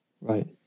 Right